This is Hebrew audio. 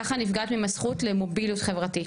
כך גם נפגעת להם הזכות למוביליות חברתית.